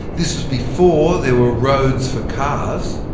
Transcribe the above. this was before there were roads for cars,